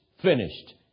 finished